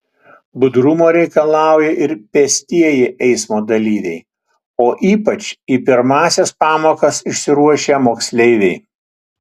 budrumo reikalauja ir pėstieji eismo dalyviai o ypač į pirmąsias pamokas išsiruošę moksleiviai